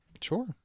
Sure